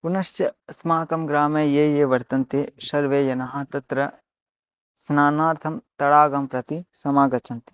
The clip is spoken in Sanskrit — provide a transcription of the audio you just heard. पुनश्च अस्माकं ग्रामे ये ये वर्तन्ते सर्वे जनाः तत्र स्नानार्थं तडागं प्रति समागच्छन्ति